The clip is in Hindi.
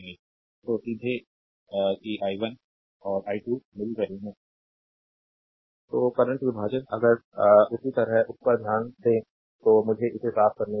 स्लाइड टाइम देखें 3334 तो करंट विभाजन अगर अभी उस पर ध्यान दें तो मुझे इसे साफ करने दें